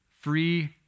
Free